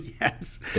Yes